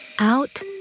out